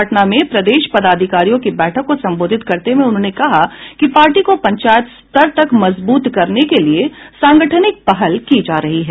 पटना में प्रदेश पदाधिकारियों की बैठक को संबोधित करते हुये उन्होंने कहा कि पार्टी को पंचायत स्तर तक मजबूत करने के लिये सांगठनिक पहल की जा रही है